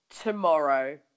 tomorrow